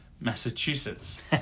Massachusetts